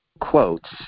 quotes